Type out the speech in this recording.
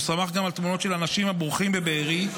הוא שמח גם על תמונות של אנשים הבורחים מבארי.